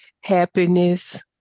happiness